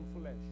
flesh